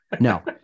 No